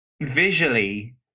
visually